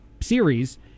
series